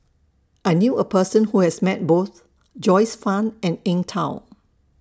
I knew A Person Who has Met Both Joyce fan and Eng Tow